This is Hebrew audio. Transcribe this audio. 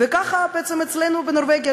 וככה זה בעצם אצלנו בנורבגיה,